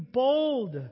bold